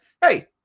Hey